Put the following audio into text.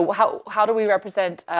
how how do we represent,